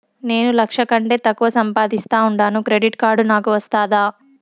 నేను లక్ష కంటే తక్కువ సంపాదిస్తా ఉండాను క్రెడిట్ కార్డు నాకు వస్తాదా